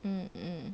mm mm